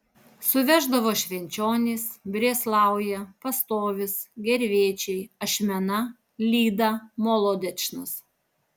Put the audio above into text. suveždavo švenčionys brėslauja pastovis gervėčiai ašmena lyda molodečnas